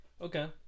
Okay